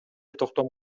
токтом